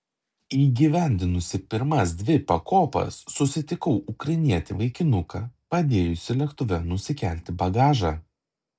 įgyvendinusi pirmas dvi pakopas susitikau ukrainietį vaikinuką padėjusį lėktuve nusikelti bagažą